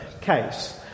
case